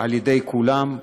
על-ידי כולם,